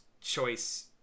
choice